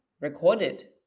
recorded